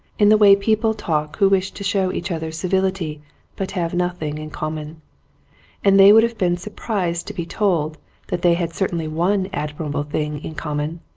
in the way people talk who wish to show each other civility but have nothing in common and they would have been surprised to be told that they had certainly one admirable thing in common,